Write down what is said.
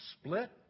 split